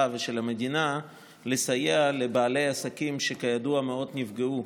ושל המדינה לסייע לבעלי עסקים שכידוע מאוד נפגעו